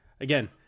Again